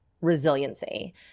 resiliency